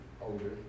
older